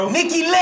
Nikki